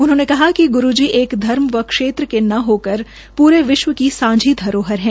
उन्होंने कहा कि ग्रू जी एक धर्म और क्षेत्र के न होकर पूरे विश्व की सांझी धरोहर है